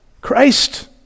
Christ